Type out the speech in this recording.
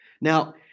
Now